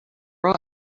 raw